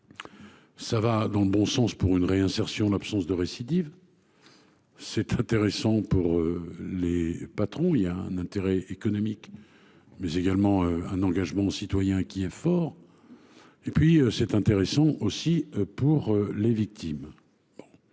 qui va dans le bon sens pour une réinsertion et pour l'absence de récidive. Ensuite, c'est intéressant pour les patrons : il y a un intérêt économique, mais également un engagement citoyen qui est fort. C'est enfin intéressant pour les victimes.